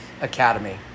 Academy